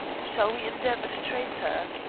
shall we endeavor to trace her?